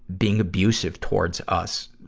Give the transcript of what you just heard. being abusive towards us,